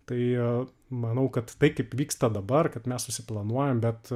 tai manau kad tai kaip vyksta dabar kad mes susiplanuojam bet